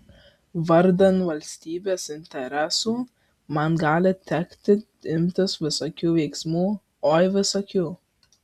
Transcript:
vardan valstybės interesų man gali tekti imtis visokių veiksmų oi visokių